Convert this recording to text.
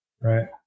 right